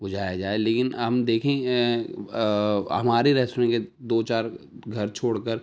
بجھایا جائے لیکن ہم دیکھیں ہمارے ریسٹورنٹ کے دو چار گھر چھوڑ کر